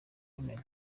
mumena